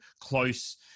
close